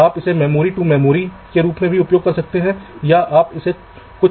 तो अब आवश्यकता इस बात की है कि हम अपनी वास्तविक समस्या के आधार पर एक पेड़ का निर्माण करें